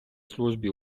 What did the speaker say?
службі